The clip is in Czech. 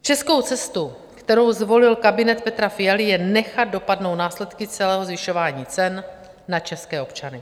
Českou cestou, kterou zvolil kabinet Petra Fialy, je nechat dopadnout následky celého zvyšování cen na české občany.